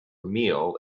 meal